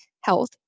Health